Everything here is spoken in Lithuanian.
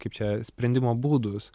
kaip čia sprendimo būdus